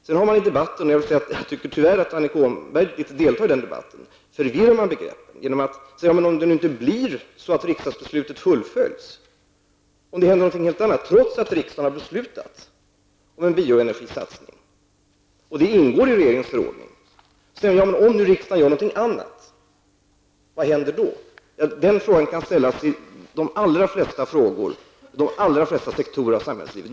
Sedan har man i debatten -- och tyvärr tycker jag att Annika Åhnberg deltar i den debatten -- förvirrat begreppen. Man säger: Om riksdagsbeslutet inte fullföljs, om det händer någonting helt annat trots att riksdagen har fattat beslut om en biobränslesatsning, och det ingår i regeringens förordning, och om riksdagen gör något annat, vad händer då? Den frågan kan ställas inom de allra flesta sektorer i samhällslivet.